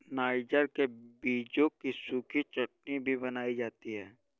niger के बीजों की सूखी चटनी भी बनाई जाती है